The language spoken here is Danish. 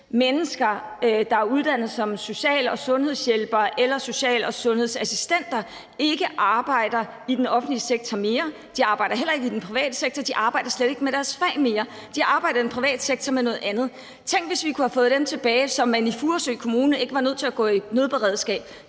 mennesker, der er uddannet som social- og sundhedshjælpere eller social- og sundhedsassistenter, ikke arbejder i den offentlige sektor mere. De arbejder heller ikke i den private sektor. De arbejder slet ikke med deres fag mere. De arbejder i den private sektor med noget andet. Tænk, hvis vi kunne have fået dem tilbage, så man i Furesø Kommune ikke var nødt til at gå i nødberedskab.